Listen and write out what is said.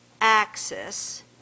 axis